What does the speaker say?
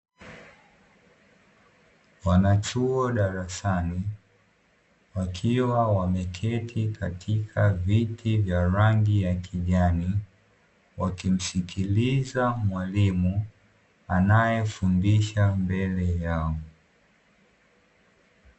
Wanachuo darasani wakiwa wameketi katika viti vya rangi ya kijani wakimsikiliza mwalimu anayefundisha mbele yao.